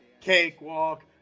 cakewalk